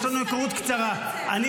יש לנו היכרות קצרה, נכון?